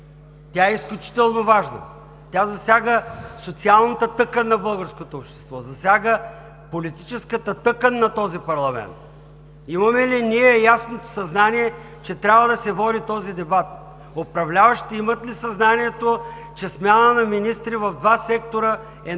Тя е изключително важна. Тя засяга социалната тъкан на българското общество, засяга политическата тъкан на този парламент. Имаме ли ние ясното съзнание, че трябва да се води този дебат? Управляващите имат ли съзнанието, че при смяна на министри в два от секторите